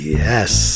yes